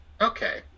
Okay